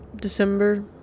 December